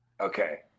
Okay